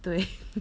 对